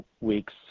weeks